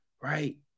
right